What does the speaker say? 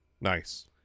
Nice